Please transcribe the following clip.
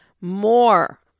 More